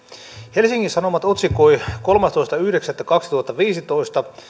helsingin sanomat otsikoi kolmastoista yhdeksättä kaksituhattaviisitoista